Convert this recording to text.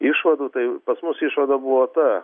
išvadų tai pas mus išvada buvo ta